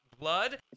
blood